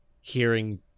hearing